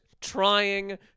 trying